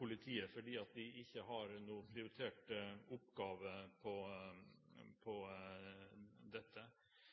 politiet for at de ikke har noen prioritert oppgave på dette.